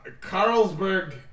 Carlsberg